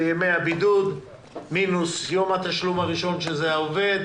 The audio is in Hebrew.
זה ימי הבידוד מינוס יום התשלום הראשון שזה העובד,